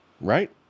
Right